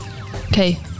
Okay